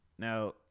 Now